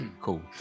Cool